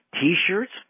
T-shirts